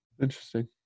Interesting